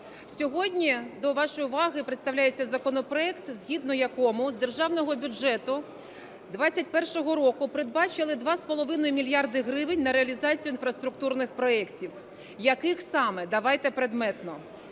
Сьогодні до вашої уваги представляється законопроект, згідно якому з Державного бюджету 2021 року передбачили 2,5 мільярда гривень на реалізацію інфраструктурних проєктів. Яких саме, давайте предметно.